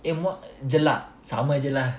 and what jelak sama jer lah